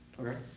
okay